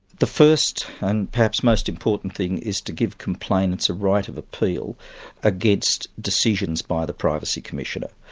the first and perhaps most important thing is to give complainants a right of appeal against decisions by the privacy commissioner.